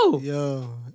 Yo